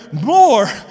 more